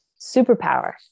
superpower